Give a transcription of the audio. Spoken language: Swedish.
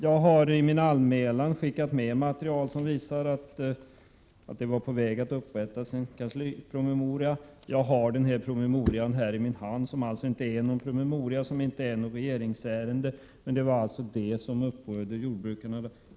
Jag har i min anmälan skickat med material som visar att man var på väg att upprätta en kanslipromemoria. Jag har i min hand promemorian, som alltså inte är någon promemoria och som inte är något regeringsärende men som har upprört jordbrukarna.